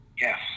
Yes